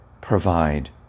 provide